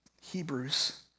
Hebrews